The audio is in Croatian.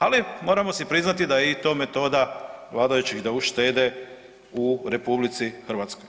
Ali moramo si priznati da je i to metoda vladajućih da uštede u RH.